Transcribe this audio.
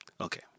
Okay